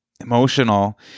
emotional